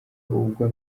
ubwo